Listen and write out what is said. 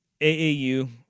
AAU